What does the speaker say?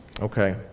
Okay